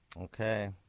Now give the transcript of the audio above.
Okay